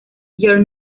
your